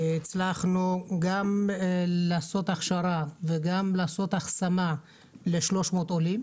הצלחנו גם לעשות הכשרה וגם לעשות השמה ל-300 עולים.